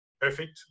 perfect